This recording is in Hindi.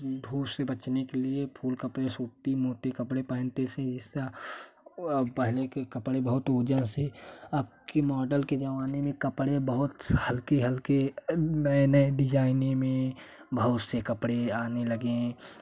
वह धूप से बचने के लिए फूल कपड़े सूती मोटी कपड़े से जिससे अ पहले के कपड़े उजर से आपके मॉडल के ज़माने में कपड़े बहुत हल्के हल्के नये नये डिजाइने में बहुत से कपड़े आने लगे